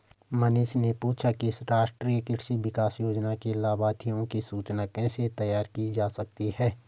मनीष ने पूछा कि राष्ट्रीय कृषि विकास योजना के लाभाथियों की सूची कैसे तैयार की जा सकती है